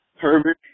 Herbert